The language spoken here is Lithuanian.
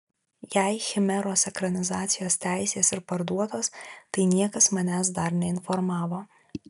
jei chimeros ekranizacijos teisės ir parduotos tai niekas manęs dar neinformavo